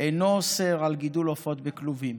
אינו אוסר גידול עופות בכלובים,